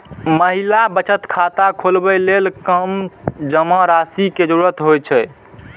महिला बचत खाता खोलबै लेल कम जमा राशि के जरूरत होइ छै